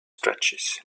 stretches